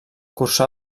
cursà